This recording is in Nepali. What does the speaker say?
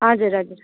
हजुर हजुर